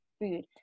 food